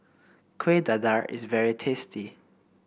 Kuih Dadar is very tasty